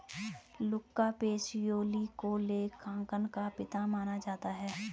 लुका Pacioli को लेखांकन का पिता माना जाता है